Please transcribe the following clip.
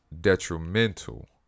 detrimental